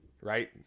right